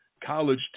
college